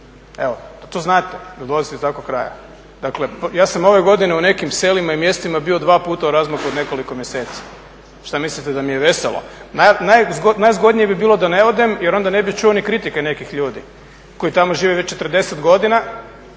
To znate jel dolazite iz takvog kraja. Ja sam ove godine u nekim selima i mjestima bio dva puta u razmaku od nekoliko mjeseci. Šta mislite da mi je veselo? Najzgodnije bi bilo da ne odem jer onda ne bi čuo ni kritike nekih ljudi koji tamo žive već 40 godina,